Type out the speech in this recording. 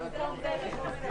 בבקשה.